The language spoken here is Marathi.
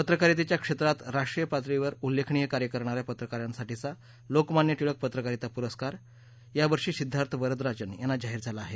पत्रकारितेच्या क्षेत्रात राष्ट्रीय पातळीवर उल्लेखनीय कार्य करणाऱ्या पत्रकारांसाठीचा लोकमान्य टिळक पत्रकारिता राष्ट्रीय पुरस्कार यावर्षी सिद्वार्थ वरदराजन यांना जाहीर झाला आहे